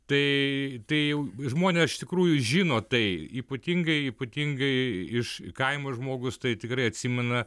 tai tai jau žmonės iš tikrųjų žino tai ypatingai ypatingai iš kaimo žmogus tai tikrai atsimena